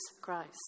Christ